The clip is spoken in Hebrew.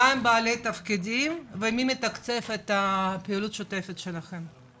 מי הם בעלי התפקידים ומי מתקצב את הפעילות השוטפת שלכם?